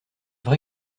vrai